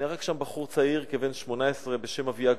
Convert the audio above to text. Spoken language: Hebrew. נהרג שם בחור צעיר כבן 18 בשם אביה גולדברג.